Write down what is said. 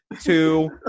two